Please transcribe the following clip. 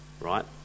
Right